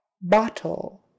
bottle